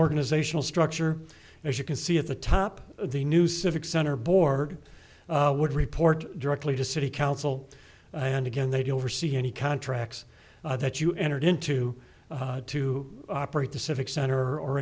organizational structure as you can see at the top of the new civic center board would report directly to city council and again they do oversee any contracts that you entered into to operate the civic center or